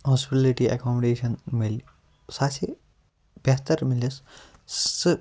accommodation میلہِ سُہ آسہِ بیٚہتر تہٕ میلیٚس سُہ